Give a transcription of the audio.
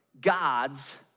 God's